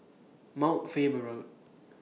Mount Faber Road